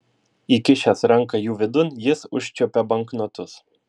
įkišęs ranką jų vidun jis užčiuopė banknotus